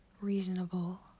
reasonable